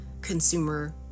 consumer